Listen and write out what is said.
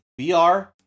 VR